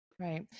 Right